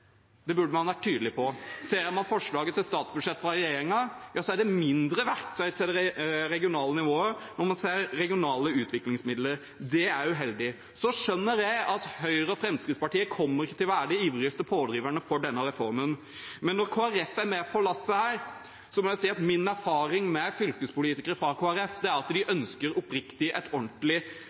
utviklingsmidler, burde man vært tydelig på. Ser man på forslaget til statsbudsjett fra regjeringen, er det mindre verktøy til regionale nivåer, når man ser på regionale utviklingsmidler. Det er uheldig. Så skjønner jeg at Høyre og Fremskrittspartiet ikke kommer til å være de ivrigste pådriverne for denne reformen. Men når Kristelig Folkeparti er med på lasset her, må jeg si at min erfaring med fylkespolitikere fra Kristelig Folkeparti er at de ønsker oppriktig et ordentlig